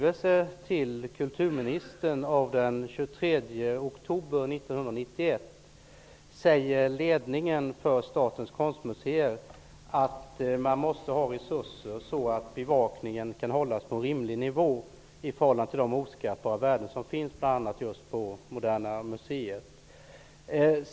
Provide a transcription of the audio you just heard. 1991 säger ledningen för Statens konstmuseer att man måste ha resurser så att bevakningen kan hållas på rimlig nivå i förhållande till de oskattbara värden som finns bl.a. just på Moderna museet.